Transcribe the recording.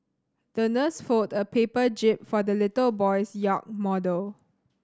the nurse folded a paper jib for the little boy's yacht model